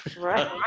Right